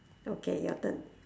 okay your turn